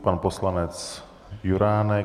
Pan poslanec Juránek.